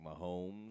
Mahomes